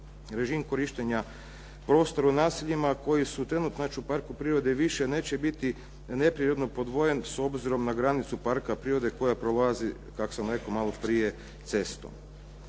Režim korištenja prostora u naseljima koji su trenutno, znači u parku prirode više neće biti neprirodno podvojen s obzirom na granicu parka prirode koja prolazi, kako sam rekao malo prije, cestom.